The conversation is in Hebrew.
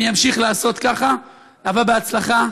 אני אמשיך לעשות ככה, אבל בהצלחה.